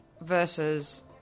versus